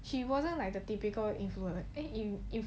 she wasn't like the typical influe~ eh in~ inf~